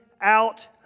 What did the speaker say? out